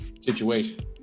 situation